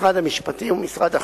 משרד המשפטים ומשרד החוץ.